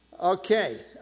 Okay